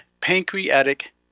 pancreatic